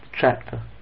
chapter